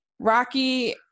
rocky